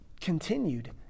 continued